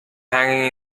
hanging